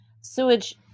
sewage